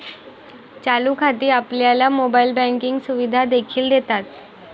चालू खाती आपल्याला मोबाइल बँकिंग सुविधा देखील देतात